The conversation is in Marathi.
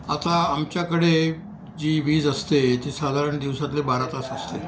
आता आमच्याकडे जी वीज असते ती साधारण दिवसातले बारा तास असते